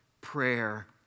prayer